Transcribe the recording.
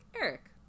Eric